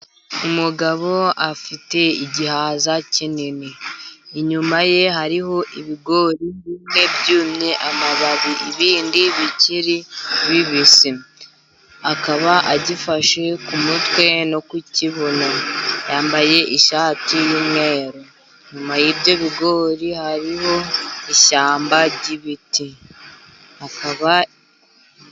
Umugabo afite igihaza kinini, inyuma ye hariho ibigori bine byumye amababi ibindi bikiri bibisi, akaba agifashe ku mutwe no kukibuno, yambaye ishati y'umweru. inyuma y'ibyo bigori hariho ishyamba ry'ibiti, akaba....